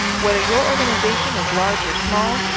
whether your organization is large or small,